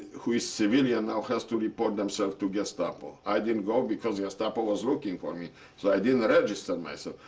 who is civilian, now has to report themselves to gestapo. i didn't go because gestapo was looking for me. so i didn't register myself.